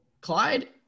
Clyde